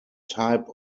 type